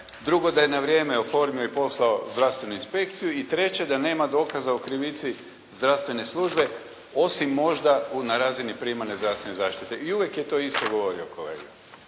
Drugo, da je na vrijeme oformio i poslao zdravstvenu inspekciju i treće, da nema dokaza o krivici zdravstvene službe osim možda na razini primarne zdravstvene zaštite i uvijek je to isto govorio, kolega.